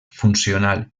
funcional